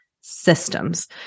systems